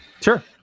Sure